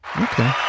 Okay